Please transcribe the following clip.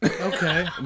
okay